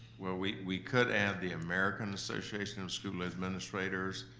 well, we we could add the american association of school administrators.